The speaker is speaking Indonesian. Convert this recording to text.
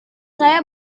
saya